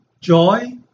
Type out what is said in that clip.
joy